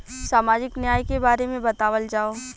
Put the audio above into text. सामाजिक न्याय के बारे में बतावल जाव?